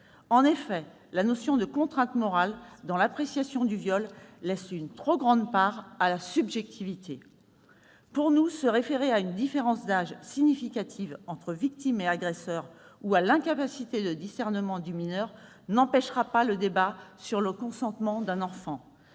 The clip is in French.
En effet, la notion de contrainte morale, dans l'appréciation du viol, laisse une part trop grande à la subjectivité. Pour nous, se référer à une différence d'âge « significative » entre victime et agresseur ou à l'incapacité de discernement du mineur n'empêchera pas le débat sur le consentement de l'enfant.